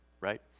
right